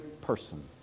person